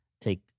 take